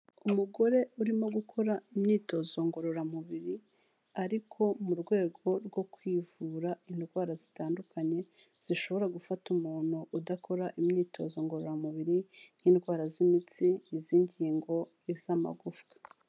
Umugore urimo gukora imyitozo ngororamubiri, ariko mu rwego rwo kwivura indwara zitandukanye zishobora gufata umuntu udakora imyitozo ngororamubiri, nk'indwara z'imitsi, iz'ingingo, iz'amagufwa.